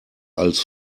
als